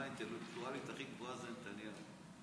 האינטלקטואלית הכי גבוהה זה נתניהו.